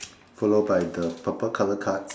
followed by the purple colour cards